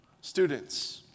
Students